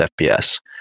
fps